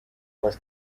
was